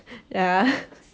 ya